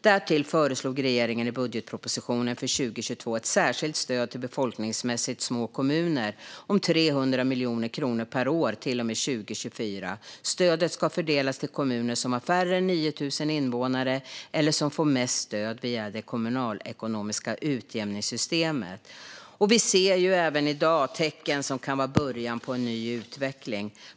Därtill föreslog regeringen i budgetpropositionen för 2022 ett särskilt stöd till befolkningsmässigt små kommuner om 300 miljoner kronor per år till och med 2024. Stödet ska fördelas till de kommuner som har färre än 9 000 invånare eller som får mest stöd via det kommunalekonomiska utjämningssystemet. Vi ser i dag tecken som kan vara början på en ny utveckling.